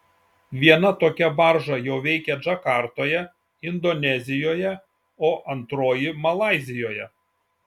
viena tokia barža jau veikia džakartoje indonezijoje o antroji malaizijoje